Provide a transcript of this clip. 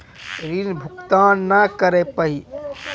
ऋण भुगतान ना करऽ पहिए तह हमर समान के जब्ती होता हाव हई का?